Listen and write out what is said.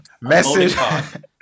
message